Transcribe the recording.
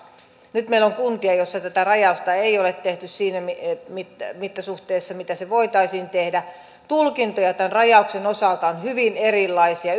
nyt meillä on kuntia joissa tätä rajausta ei ole tehty siinä mittasuhteessa mitä se voitaisiin tehdä tulkintoja tämän rajauksen osalta on hyvin erilaisia